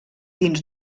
dins